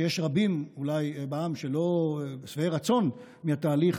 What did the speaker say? שיש רבים בעם שאולי אינם שבעי רצון מהתהליך